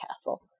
castle